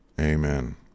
Amen